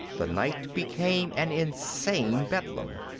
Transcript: the night became an insane bedlam.